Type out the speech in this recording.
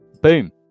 Boom